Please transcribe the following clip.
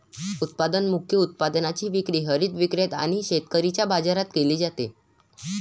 उत्पादन मुख्य उत्पादनाची विक्री हरित विक्रेते आणि शेतकऱ्यांच्या बाजारात केली जाते